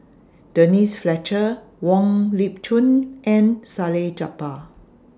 Denise Fletcher Wong Lip Chin and Salleh Japar